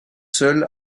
seuls